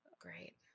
Great